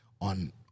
on